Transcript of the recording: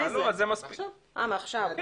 מעכשיו.